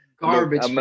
Garbage